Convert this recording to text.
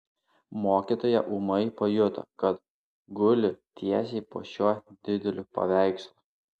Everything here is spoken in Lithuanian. mokytoja ūmai pajuto kad guli tiesiai po šiuo dideliu paveikslu